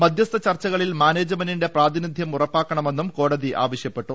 മധ്യ്സ്ഥ ചർച്ചകളിൽ മാനേജ്മെന്റിന്റെ പ്രാതിനിധൃം ഉറപ്പാക്കണമെന്നും കോടതി ആവശ്യപ്പെട്ടു